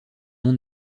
non